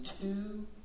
two